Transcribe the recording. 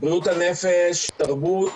בריאות הנפש, תרבות,